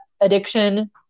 addiction